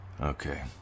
Okay